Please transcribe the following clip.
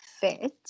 fit